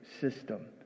system